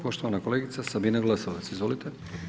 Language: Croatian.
Poštovana kolegica Sabina Glasovac, izvolite.